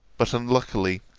but, unluckily,